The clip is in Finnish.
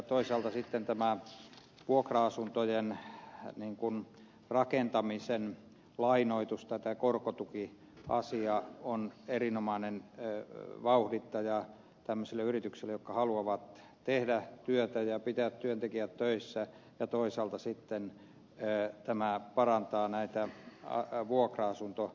toisaalta sitten tämä vuokra asuntojen rakentamisen lainoitus tai korkotukiasia on erinomainen vauhdittaja tämmöisille yrityksille jotka haluavat tehdä työtä ja pitää työntekijät töissä ja toisaalta sitten tämä parantaa näitä vuokra asuntomarkkinoita